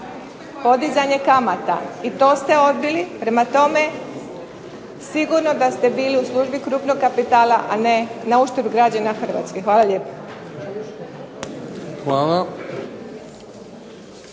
podizanjem kamata. I to ste odbili. Prema tome, sigurno da ste bili u službi krupnog kapitala, a ne na uštrb građana Hrvatske. Hvala lijepa.